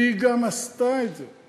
והיא גם עשתה את זה.